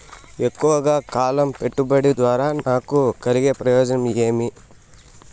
ఎక్కువగా కాలం పెట్టుబడి ద్వారా నాకు కలిగే ప్రయోజనం ఏమి?